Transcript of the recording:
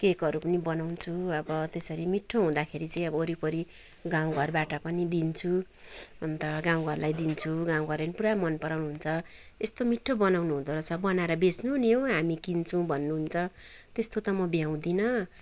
केकहरू पनि बनाउँछु अब त्यसरी मिठो हुँदाखेरि चाहिँ वरिपरि गाउँघरबाट पनि दिन्छु अन्त गाउँघरलाई दिन्छु गाउँघरले पनि पुरा मनपराउनु हुन्छ यस्तो मिठो बनाउनु हुँदोरहेछ बनाएर बेच्नु नि हौ हामी किन्छौँ भन्नुहुन्छ त्यस्तो त म भ्याउँदिनँ